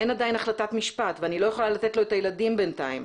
אין עדיין החלטת משפט ואני לא יכולה לתת לו את הילדים בינתיים.